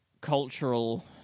cultural